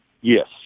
Yes